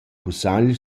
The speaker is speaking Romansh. cussagl